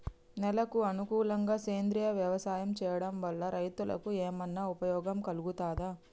నేలకు అనుకూలంగా సేంద్రీయ వ్యవసాయం చేయడం వల్ల రైతులకు ఏమన్నా ఉపయోగం కలుగుతదా?